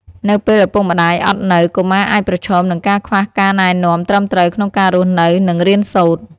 នៅពេលឪពុកម្ដាយអត់នៅ កុមារអាចប្រឈមនឹងការខ្វះការណែនាំត្រឹមត្រូវក្នុងការរស់នៅ និងរៀនសូត្រ។